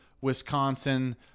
Wisconsin